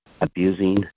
abusing